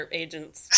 agents